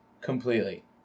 completely